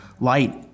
Light